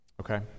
Okay